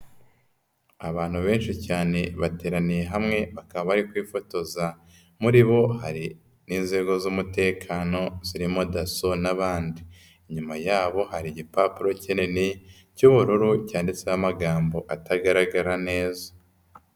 Abantu benshi cyane bateraniye hamwe bakaba bari kwifotoza, muri bo hari n'inzego z'umutekano zirimo DASSO n'abandi. Inyuma yabo hari igipapuro kinini cy'ubururu cyanditseho amagambo atagaragara neza.